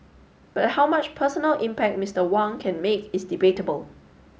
but how much personal impact Mister Wang can make is debatable